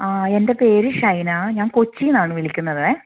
ആ എൻ്റെ പേര് ഷൈനാ ഞാൻ കൊച്ചിയിൽ നിന്നാണ് വിളിക്കുന്നത്